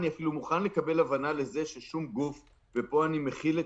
אני אפילו מוכן לקבל הבנה לזה ששום גוף ופה אני מכיל את